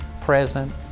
present